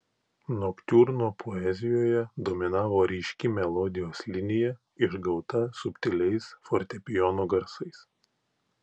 noktiurno poezijoje dominavo ryški melodijos linija išgauta subtiliais fortepijono garsais